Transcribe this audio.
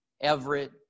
Everett